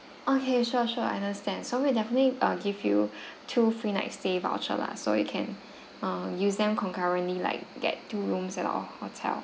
okay sure sure I understand so we'd definitely uh give you two free night stay voucher lah so you can err use them concurrently like get two rooms at our hotel